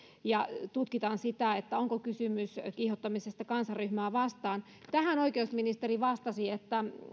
ja tutkitaan sitä onko kysymys kiihottamisesta kansanryhmää vastaan tähän oikeusministeri vastasi